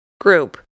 group